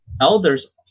elders